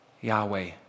Yahweh